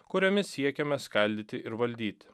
kuriomis siekiama skaldyti ir valdyti